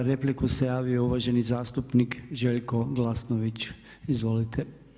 Za repliku se javio uvaženi zastupnik Željko Glasnović, izvolite.